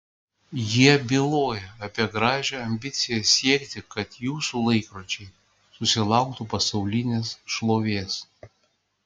jie byloja apie gražią ambiciją siekti kad jūsų laikrodžiai susilauktų pasaulinės šlovės